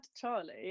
Charlie